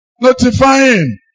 notifying